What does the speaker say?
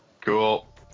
Cool